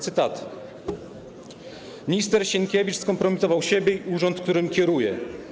Cytaty: Minister Sienkiewicz skompromitował siebie i urząd, którym kieruje.